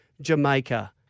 Jamaica